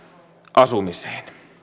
asumiseen